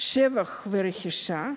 (שבח ורכישה)